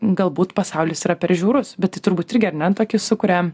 galbūt pasaulis yra per žiaurus bet tai turbūt irgi ar ne tokį sukuria